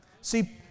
See